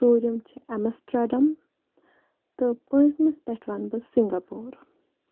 ژوٗرِم چھِ اٮ۪مسٹرڈَم تہٕ پوٗنٛژمِس پٮ۪ٹھ وَنہٕ بہٕ سِنگاپوٗر